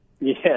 Yes